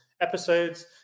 episodes